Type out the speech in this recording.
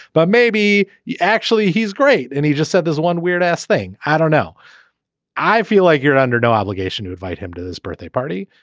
but maybe you actually he's great and he just said there's one weird ass thing i don't know i feel like you're under no obligation to invite him to his birthday party.